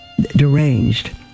deranged